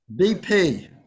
BP